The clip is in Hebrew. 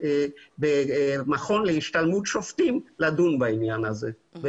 במכון להשתלמות שופטים לדון בעניין הזה.